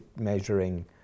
measuring